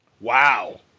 Wow